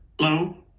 Hello